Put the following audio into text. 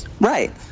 Right